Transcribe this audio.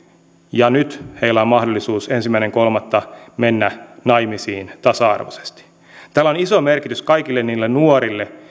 ja nyt heillä on mahdollisuus ensimmäinen kolmatta mennä naimisiin tasa arvoisesti tällä on iso merkitys kaikille niille nuorille